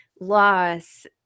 loss